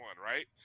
right